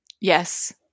Yes